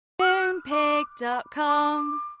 Moonpig.com